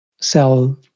sell